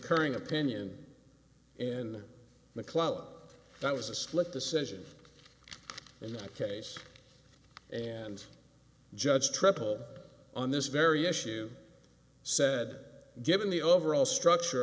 curring opinion in the club that was a slip decision in that case and judge triple on this very issue said given the overall structure